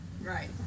Right